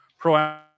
proactive